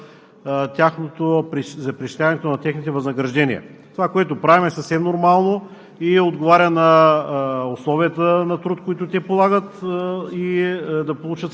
продължаваме да отстояваме искането на синдикатите в системата на Министерството на вътрешните работи именно за преизчисляването на техните възнаграждения. Това, което правим, е съвсем нормално